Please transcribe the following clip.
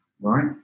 right